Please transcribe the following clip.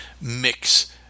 mix